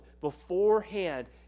beforehand